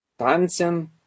tanzen